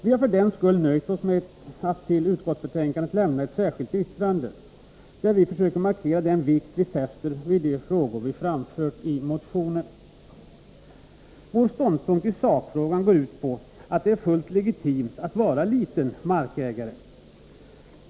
Vi har för den skull nöjt oss med att till utskottsbetänkandet lämna ett särskilt yttrande, där vi försöker markera den vikt vi fäster vid de frågor vi framfört i motionen. Vår ståndpunkt i sakfrågan går ut på att det är fullt legitimt att vara liten markägare.